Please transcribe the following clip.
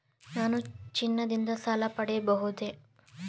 ನಾನು ಚಿನ್ನದಿಂದ ಸಾಲ ಪಡೆಯಬಹುದೇ?